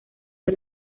fue